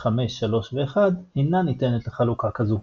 3, 5, 6 אינה ניתנת לחלוקה כזו.